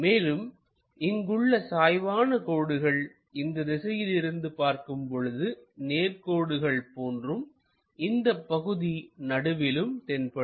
மேலும் இங்கு உள்ள சாய்வான கோடுகள் இந்த திசையில் இருந்து பார்க்கும் பொழுது நேர்கோடுகள் போன்றும் இந்தப் பகுதி நடுவிலும் தென்படும்